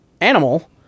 animal